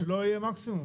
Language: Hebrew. שלא יהיה מקסימום.